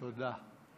תודה.